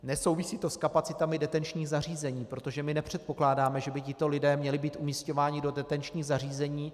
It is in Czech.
Nesouvisí to s kapacitami detenčních zařízení, protože my nepředpokládáme, že by tito lidé měli být umisťováni do detenčních zařízení.